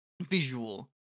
visual